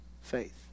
faith